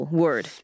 word